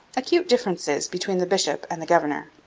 acute differences between the bishop and the governor.